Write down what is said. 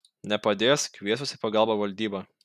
nepadės kviesiuos į pagalbą valdybą